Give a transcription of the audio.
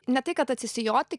ne tai kad atsisijoti